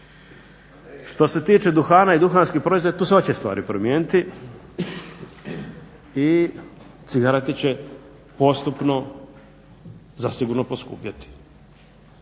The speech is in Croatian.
Što se tiče duhana i duhanskih proizvoda tu se hoće stvari promijeniti i cigarete će postupno zasigurno poskupjeti.